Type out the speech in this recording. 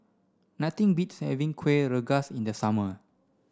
nothing beats having Kueh Rengas in the summer